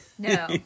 No